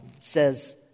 says